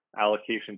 allocation